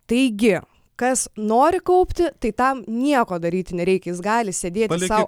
taigi kas nori kaupti tai tam nieko daryti nereikia jis gali sėdėti sau